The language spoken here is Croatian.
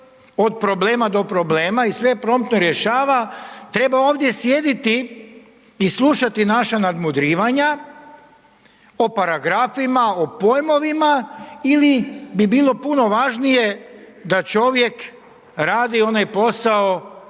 od problema do problema i sve promptno rješava. Treba ovdje sjediti i slušati naša nadmudrivanja o paragrafima, o pojmovima ili bi bilo puno važnije da čovjek radi onaj posao